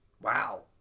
wow